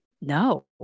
no